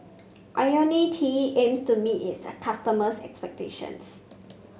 IoniL T aims to meet its customers' expectations